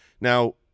now